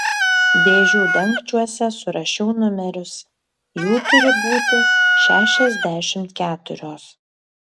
dėžių dangčiuose surašiau numerius jų turi būti šešiasdešimt keturios